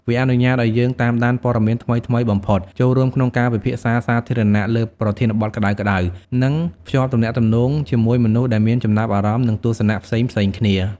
វាអនុញ្ញាតឱ្យយើងតាមដានព័ត៌មានថ្មីៗបំផុត ចូលរួមក្នុងការពិភាក្សាសាធារណៈលើប្រធានបទក្តៅៗ និងភ្ជាប់ទំនាក់ទំនងជាមួយមនុស្សដែលមានចំណាប់អារម្មណ៍ ឬទស្សនៈផ្សេងៗគ្នា។